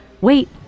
wait